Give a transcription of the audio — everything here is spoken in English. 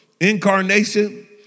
Incarnation